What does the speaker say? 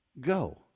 go